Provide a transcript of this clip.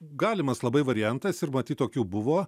galimas labai variantas ir matyt tokių buvo